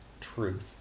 truth